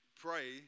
pray